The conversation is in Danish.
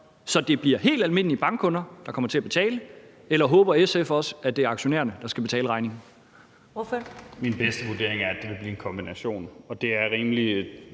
så det bliver helt almindelige bankkunder, der kommer til at betale, eller håber SF også, at det er aktionærerne, der skal betale regningen? Kl. 13:43 Første næstformand (Karen Ellemann): Ordføreren.